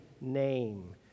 name